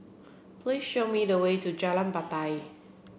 please show me the way to Jalan Batai